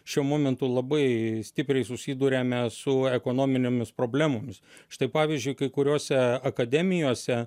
šiuo momentu labai stipriai susiduriame su ekonominėmis problemomis štai pavyzdžiui kai kuriose akademijose